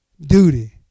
duty